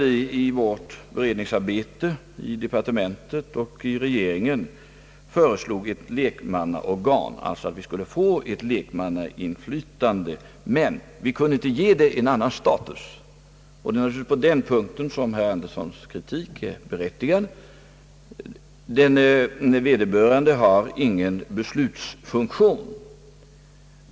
I vårt beredningsarbete i departementet och i regeringen föreslog vi ett lekmannaorgan, alltså ett lekmannainflytande. Vi kunde dock inte ge det en annan status, och naturligtvis är herr Anderssons kritik på den punkten berättigad. Vederbörande organ har ingen beslutsfunktion.